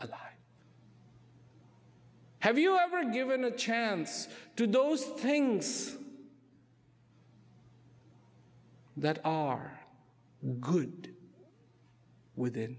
being have you ever given a chance to those things that are good within